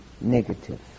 negative